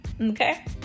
okay